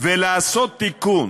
ולעשות תיקון